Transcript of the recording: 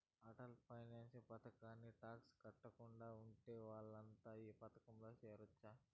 Atal pension పథకానికి tax కట్టకుండా ఉండే వాళ్లంతా ఈ పథకంలో చేరొచ్చు